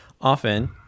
often